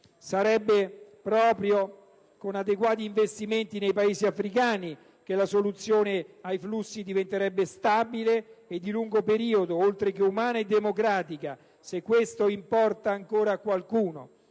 Sarebbe proprio con adeguati investimenti nei Paesi africani che la soluzione ai flussi diverrebbe stabile e di lungo periodo, oltre che umana e democratica. Se questo importasse ancora a qualcuno!